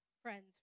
friends